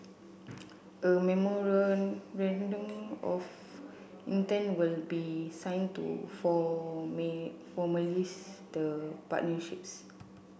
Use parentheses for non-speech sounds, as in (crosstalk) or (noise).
a memorandum of intent will be signed to formalise (unintelligible) the partnerships